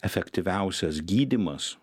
efektyviausias gydymas